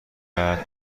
بعد